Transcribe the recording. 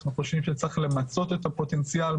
אנחנו חושבים שצריך למצות את הפוטנציאל.